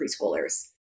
preschoolers